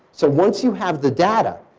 so once you have the data,